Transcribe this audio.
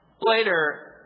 later